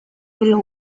will